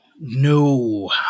No